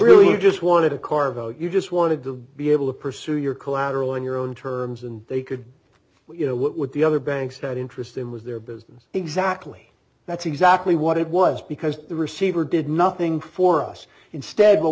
really just wanted a car you just wanted to be able to pursue your collateral on your own terms and they could you know what with the other banks that interest them was their business exactly that's exactly what it was because the receiver did nothing for us instead